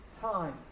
time